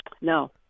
No